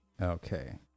Okay